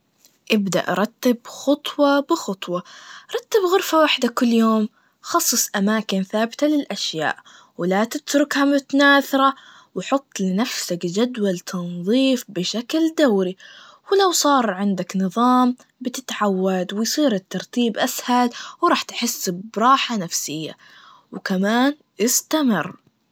تجدر تختار أوجات فاضية, مثل جبل النوم, أو وججت الإنتظار, ممكن بعد تستخدم الكتب الصوتية, واسمعها بالطريج, ممكن تختار كتب قصيرة بالبداية, عشان ما تحس إن الموضوع متعب, بل بالعكس, ممتع ومسلي وكمان مشوق.